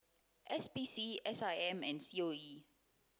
S P C S I M and C O E